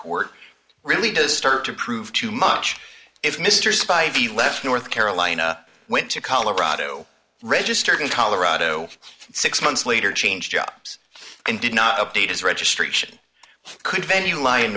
court really does start to prove too much if mr spidy left north carolina went to colorado registered in colorado six months later changed jobs and did not update his registration could venue lie in